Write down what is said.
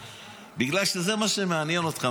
בגלל שזה מה שמעניין אותך,